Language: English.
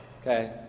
Okay